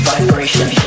Vibration